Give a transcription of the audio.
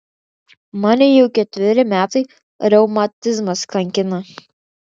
mane jau ketveri metai reumatizmas kankina